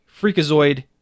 Freakazoid